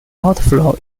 outflow